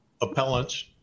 appellants